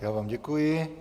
Já vám děkuji.